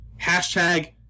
hashtag